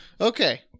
Okay